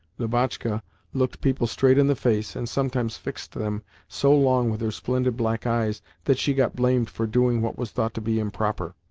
lubotshka looked people straight in the face, and sometimes fixed them so long with her splendid black eyes that she got blamed for doing what was thought to be improper.